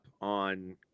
on